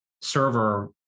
server